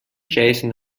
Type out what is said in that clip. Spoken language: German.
jason